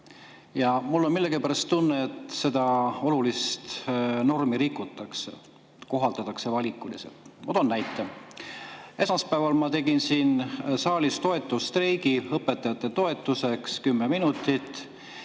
aga mul on millegipärast tunne, et seda olulist normi rikutakse, kohaldatakse valikuliselt. Ma toon näite. Esmaspäeval ma tegin siin saalis 10‑minutilise toetusstreigi õpetajate toetuseks, ja siis